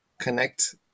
connect